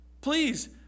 Please